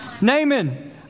Naaman